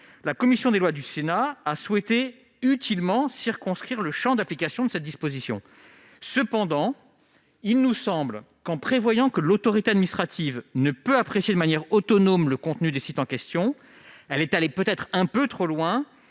La commission des lois du Sénat a souhaité, utilement, circonscrire le champ d'application de cette disposition. Cependant, en prévoyant que l'autorité administrative ne peut apprécier de manière autonome le contenu des sites en question, il nous semble qu'elle est peut-être allée un peu trop loin